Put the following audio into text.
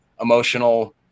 emotional